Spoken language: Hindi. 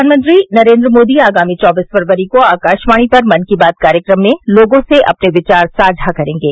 प्रधानमंत्री नरेन्द्र मोदी आगामी चौबीस फरवरी को आकाशवाणी पर मन की बात कार्यक्रम में लोगों से अपने विचार साझा करेंगे